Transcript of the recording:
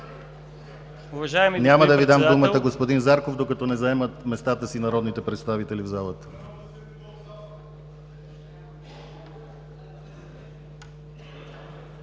Няма да Ви дам думата, господин Зарков, докато не заемат народните представители местата